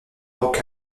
rock